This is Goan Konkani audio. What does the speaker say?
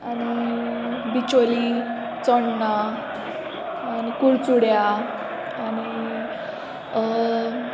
आनी बिचोली चोण्णां आनी कुळचुड्या आनी